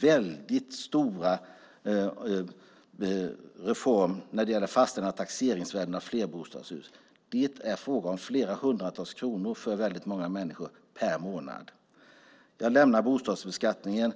väldigt stora reform när det gäller fastställandet av taxeringsvärden för flerbostadshus. Det är fråga om flera hundratals kronor per månad för väldigt många människor. Jag lämnar bostadsbeskattningen.